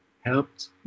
helped